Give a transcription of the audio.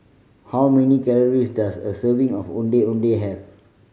how many calories does a serving of Ondeh Ondeh have